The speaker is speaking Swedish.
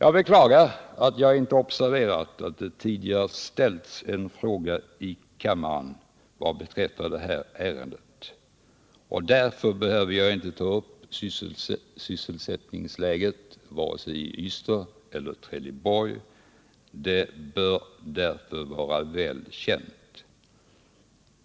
En fråga i detta ärende har tidigare ställts här i kammaren, och därför behöver jag inte ta upp frågan om sysselsättningsläget i vare sig Ystad eller Trelleborg — den frågan bör alltså vara väl känd.